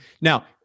Now